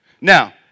Now